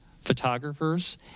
photographers